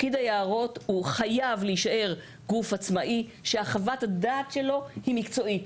פקיד היערות חייב להישאר גוף נפרד שחוות הדעת שלו היא מקצועית.